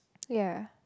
ya